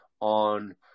on